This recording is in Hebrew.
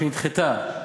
שנדחתה.